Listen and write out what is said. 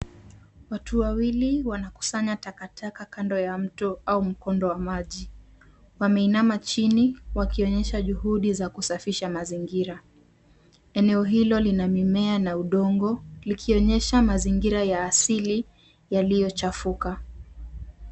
Watu wawili wanakusanya takataka kando ya mto au mkondo wa maji. Wameinama chini wakionyesha juhudi za kusafisha mazingira. Eneo hilo lina mimea na udongo likionyesha mazingira ya asili yaliyochafuka.